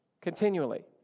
continually